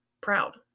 proud